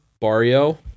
Barrio